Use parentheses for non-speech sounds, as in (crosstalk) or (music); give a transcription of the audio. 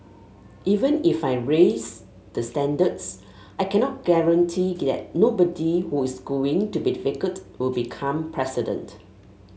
even if I raise the standards I cannot guarantee (unintelligible) nobody who is going to be difficult will become president